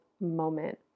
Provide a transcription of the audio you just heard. moment